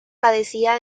padecía